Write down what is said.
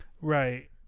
Right